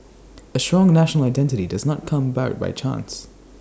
A strong national identity does not come about by chance